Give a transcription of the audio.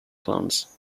clans